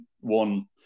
one